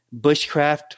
bushcraft